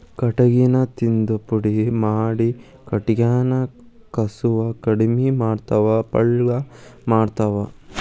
ಕಟಗಿನ ತಿಂದ ಪುಡಿ ಮಾಡಿ ಕಟಗ್ಯಾನ ಕಸುವ ಕಡಮಿ ಮಾಡತಾವ ಪಳ್ಳ ಮಾಡತಾವ